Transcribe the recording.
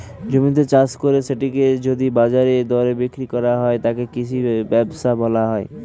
জমিতে চাষ করে সেটিকে যদি বাজার দরে বিক্রি করা হয়, তাকে কৃষি ব্যবসা বলা হয়